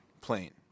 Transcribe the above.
plane